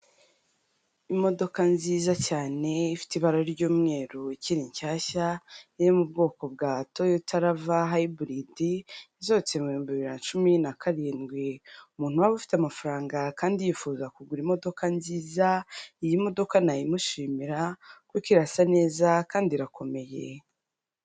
Imodoka nziza cyane ifite ibara ry'umweru, ikiri nshyashya iri mu bwoko bwa toyota rava hybrid yasohotse ibihumbi bibiri na cumi na karindwi, umuntu wari ufite amafaranga kandi yifuza kugura imodoka nziza, iyi modoka nayimushimira kuko irasa neza kandi irakomeye.